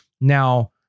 Now